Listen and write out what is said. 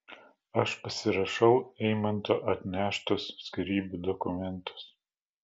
aš pasirašau eimanto atneštus skyrybų dokumentus